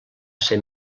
ser